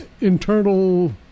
Internal